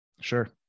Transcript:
Sure